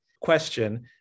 question